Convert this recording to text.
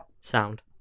sound